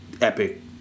epic